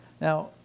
Now